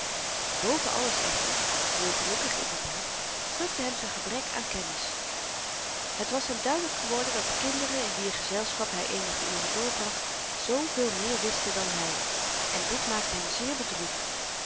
alles echter heel gelukkig inderdaad drukte hem z'n gebrek aan kennis het was hem duidelyk geworden dat de kinderen in wier gezelschap hy eenige uren doorbracht zoo veel meer wisten dan hy en dit maakte hem zeer bedroefd